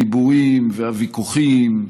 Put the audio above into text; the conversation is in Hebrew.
הדיבורים והוויכוחים השוליים.